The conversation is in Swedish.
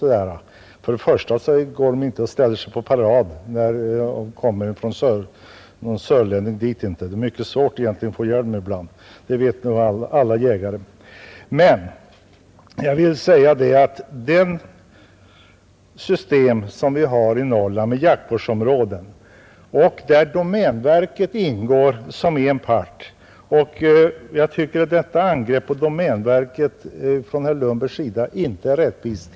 Först och främst ställer sig inte älgarna på parad när det kommer någon sörlänning. De är ibland mycket svårjagade — det vet nog alla jägare. Vi har dessutom ett system med jaktvårdsområden, där domänverket ofta ingår som en part. Herr Lundbergs angrepp på domänverket tycker jag inte är rättvist.